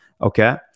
okay